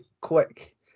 quick